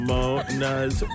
Mona's